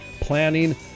planning